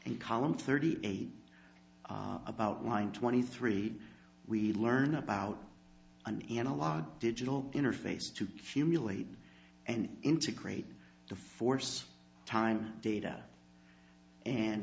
and column thirty eight about line twenty three we learn about an analog digital interface to few mutilate and integrate the force time data and